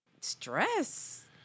stress